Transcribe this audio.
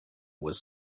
was